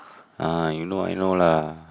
ah you know I know lah